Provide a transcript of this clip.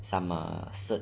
summer cert